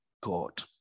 God